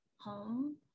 home